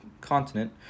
continent